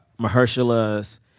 Mahershala's